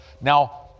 Now